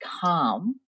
calm